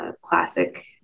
classic